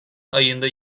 ayında